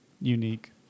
unique